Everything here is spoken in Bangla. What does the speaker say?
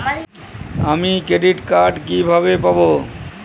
আমি ক্রেডিট কার্ড কিভাবে পাবো?